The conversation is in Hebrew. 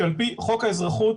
שעל פי חוק האזרחות,